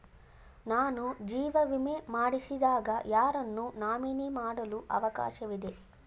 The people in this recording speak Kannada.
ನಾನು ಜೀವ ವಿಮೆ ಮಾಡಿಸಿದಾಗ ಯಾರನ್ನು ನಾಮಿನಿ ಮಾಡಲು ಅವಕಾಶವಿದೆ?